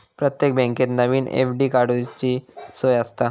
प्रत्येक बँकेत नवीन एफ.डी काडूची सोय आसता